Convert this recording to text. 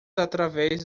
através